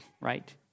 right